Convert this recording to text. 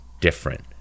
different